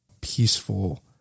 peaceful